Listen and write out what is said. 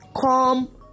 Come